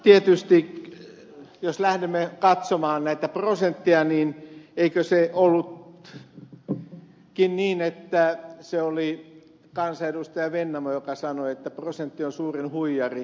tietysti jos lähdemme katsomaan näitä prosentteja niin eikö se ollutkin niin että se oli kansanedustaja vennamo joka sanoi että prosentti on suurin huijari